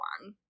one